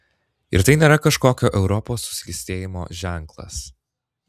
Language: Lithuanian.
ir tai nėra kažkokio europos suskystėjimo ženklas